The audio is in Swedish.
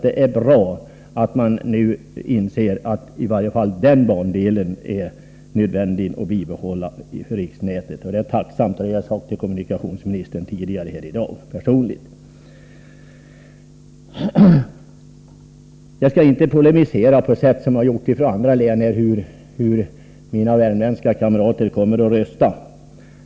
Det är bra att man nu inser att i varje fall den här bandelen är nödvändig att bibehålla inom riksnätet. Jag är tacksam för det, och det har jag redan tidigare i dag personligen talat om för kommunikationsministern. Jag skall inte polemisera på det sätt som har skett av ledamöter från andra län om hur mina värmländska kamrater kommer att rösta.